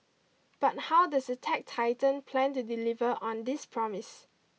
but how does the tech titan plan to deliver on this promise